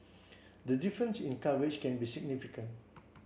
the difference in coverage can be significant